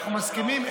אנחנו מסכימים.